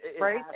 Right